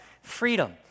freedom